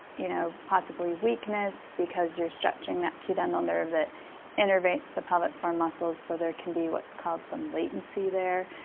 you know possibly weakness because you're stretching that pudendal nerve that innervates the pelvic floor muscles. so there can be what's called some latency there.